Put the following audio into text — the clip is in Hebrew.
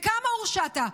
בכמה הורשעת?